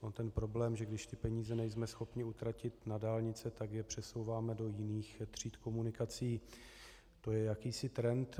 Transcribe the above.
On ten problém, že když ty peníze nejsme schopni utratit na dálnice, tak je přesouváme do jiných tříd komunikací, to je jakýsi trend.